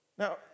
Now